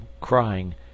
crying